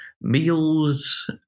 meals